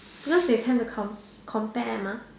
because they tend to com~ compare mah